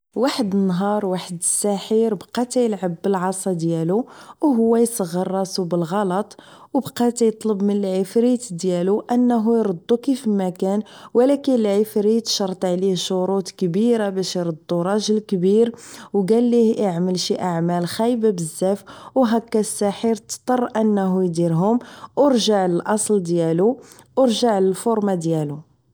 واحد النهار واحد الساحر بقا كيلعب بالعصا ديالو و هو اصغر راسو بالغلط و بقا تيطلب من العفريت ديالو انه اردو كيفما كان و لكن العفريت شرط عليه شروط كبيرة باش اردو راجل كبير و كاليه اعمل شي اعمال خيبة بزاف و هكا الساحر اضطر اديرهم و رجع الاصل ديلو ورجع لفورما ديالو